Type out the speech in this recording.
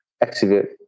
exhibit